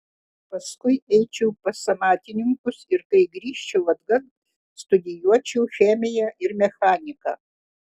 paskui eičiau pas amatininkus ir kai grįžčiau atgal studijuočiau chemiją ir mechaniką